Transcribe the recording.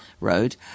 Road